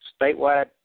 statewide